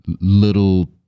little